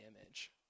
image